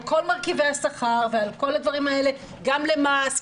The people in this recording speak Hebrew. כל מרכיבי השכר ועל כל הדברים האלה גם למס,